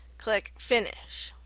click finish.